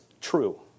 true